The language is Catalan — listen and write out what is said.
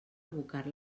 abocar